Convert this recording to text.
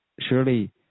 surely